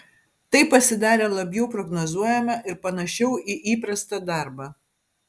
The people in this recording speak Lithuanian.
tai pasidarė labiau prognozuojama ir panašiau į įprastą darbą